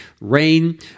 rain